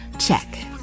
Check